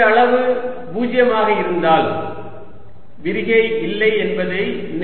இந்த அளவு 0 ஆக இருந்தால் விரிகை இல்லை என்பதை நினைவு கூறுவோம்